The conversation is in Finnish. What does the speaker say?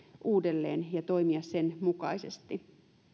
uudelleen ja toimia sen mukaisesti